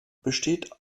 besteht